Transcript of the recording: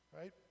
right